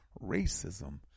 racism